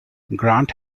grant